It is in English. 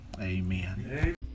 Amen